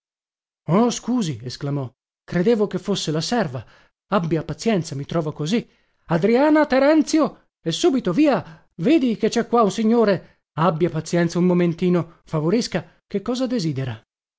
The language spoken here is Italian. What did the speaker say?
oh scusi esclamò credevo che fosse la serva abbia pazienza mi trova così adriana terenzio e subito via vedi che cè qua un signore abbia pazienza un momentino favorisca che cosa desidera